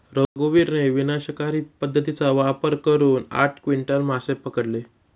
रघुवीरने विनाशकारी पद्धतीचा वापर करून आठ क्विंटल मासे पकडले